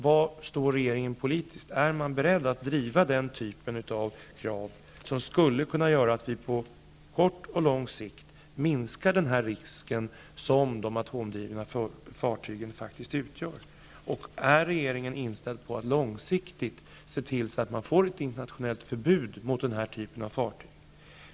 Var står regeringen politiskt? Är den beredd att driva den typ av krav som skulle kunna göra att vi på kort och lång sikt minskar den risk som de atomdrivna fartygen faktiskt utgör? Är regeringen inställd på att långsiktigt se till att det blir ett internationellt förbud mot denna typ av fartyg?